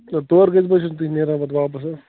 اَچھا تورٕ کٔژ بجہِ چھُو تُہۍ نیران پتہٕ واپس حظ